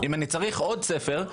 אם אני צריך עוד ספר,